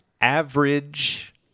Average